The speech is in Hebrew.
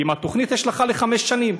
כי עם התוכנית יש לך לחמש שנים,